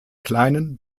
kleinen